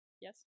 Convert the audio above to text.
yes